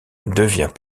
devient